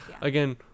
again